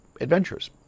adventures